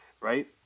right